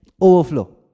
overflow